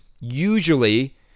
usually